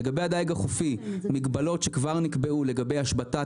לגבי הדיג החופי המגבלות שכבר נקבעו לגבי השבתת